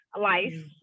life